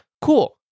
cool